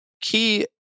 key